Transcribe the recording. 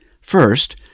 First